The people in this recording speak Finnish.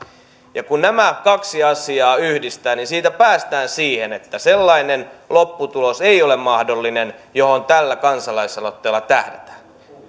myöten kun nämä kaksi asiaa yhdistää niin siitä päästään siihen että sellainen lopputulos ei ole mahdollinen johon tällä kansalaisaloitteella tähdätään